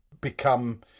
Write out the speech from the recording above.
become